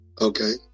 okay